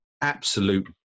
absolute